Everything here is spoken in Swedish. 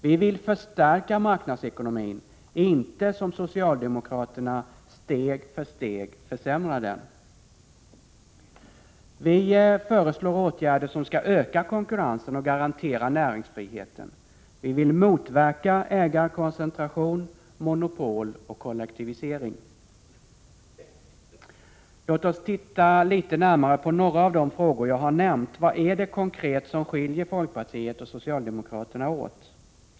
Vi vill förstärka marknadsekonomin, inte som socialdemokraterna steg för steg försämra den. Vi föreslår åtgärder som skall öka konkurrensen och garantera näringsfriheten. Vi vill motverka ägarkoncentration, monopol och kollektivisering. Låt oss titta litet närmare på några av de frågor jag nämnt. Vad är det konkret som skiljer folkpartiet och socialdemokraterna åt?